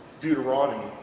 Deuteronomy